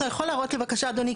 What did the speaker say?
אתה יכול להראות לי בבקשה אדוני?